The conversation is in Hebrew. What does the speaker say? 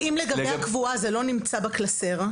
אם לגבי הקבועה זה לא נמצא בקלסר?